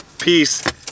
Peace